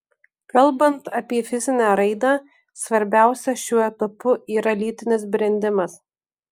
kalbant apie fizinę raidą svarbiausia šiuo etapu yra lytinis brendimas